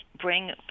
bring